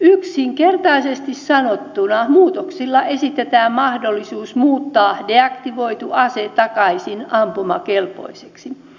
yksinkertaisesti sanottuna muutoksilla estetään mahdollisuus muuttaa deaktivoitu ase takaisin ampumakelpoiseksi